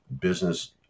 business